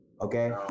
okay